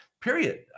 Period